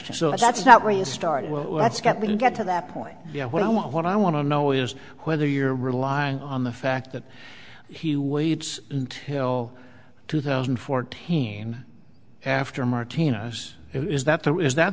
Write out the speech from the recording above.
well that's got to get to that point you know what i want what i want to know is whether you're relying on the fact that he waits until two thousand and fourteen after martinez is that there is that